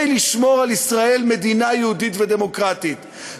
לשמור על ישראל מדינה יהודית ודמוקרטית.